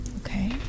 Okay